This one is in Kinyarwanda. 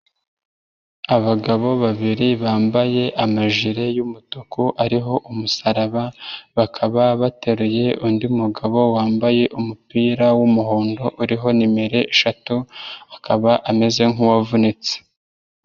Abagabo babiri bambaye amajire yumutuku ariho umusaraba bakaba bateruye undi mugabo wambaye umupira wumuhondo uriho nimero eshatu akaba ameze nk'uwavunitse.